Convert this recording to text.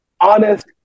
honest